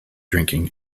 drinking